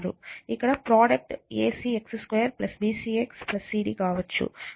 ఇక్కడ product acx 2 bc x cd కావచ్చు